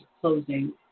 closing